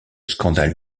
scandale